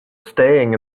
staying